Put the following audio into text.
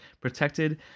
protected